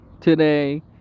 today